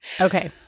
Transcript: Okay